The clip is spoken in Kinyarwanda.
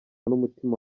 n’umutima